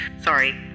Sorry